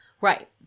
Right